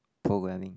programming